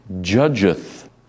judgeth